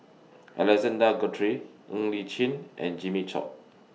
Alexander Guthrie Ng Li Chin and Jimmy Chok